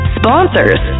sponsors